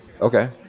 Okay